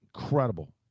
incredible